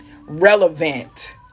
relevant